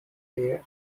year